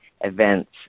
events